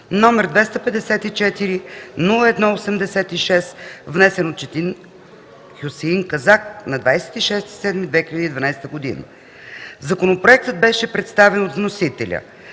№ 254-01-86, внесен от Четин Хюсеин Казак на 26 юли 2012 г. Законопроектът беше представен от вносителя.